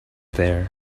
there